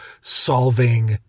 solving